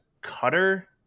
cutter